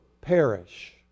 perish